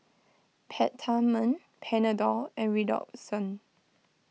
Peptamen Panadol and Redoxon